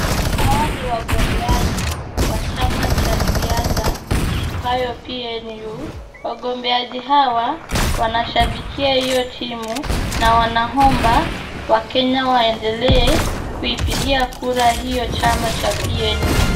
Hawa ni wagombeaji wa chama cha siasa, iitwayo PNU. Wagombeaji hawa wanashabikia hiyo timu, na wanaomba wakenya waendelee, kuipigia kura hiyo chama cha PNU.